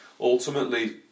ultimately